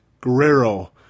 Guerrero